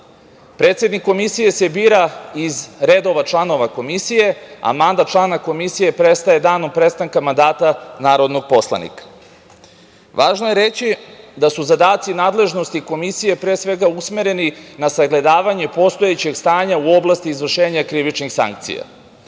prava. Predsednik komisije se bira iz redova članova komisije, a mandat člana komisije prestaje danom prestanka mandata narodnog poslanika. Važno je reći da su zadaci nadležnosti komisije, pre svega, usmereni na sagledavanje postojećeg stanja u oblasti izvršenja krivičnih sankcija. Takođe,